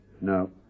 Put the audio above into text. No